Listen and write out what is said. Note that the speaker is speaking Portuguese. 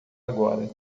agora